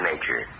nature